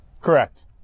Correct